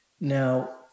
Now